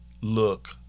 look